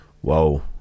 Whoa